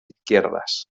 izquierdas